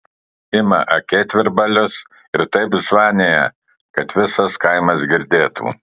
ima akėtvirbalius ir taip zvanija kad visas kaimas girdėtų